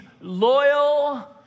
loyal